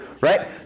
Right